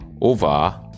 over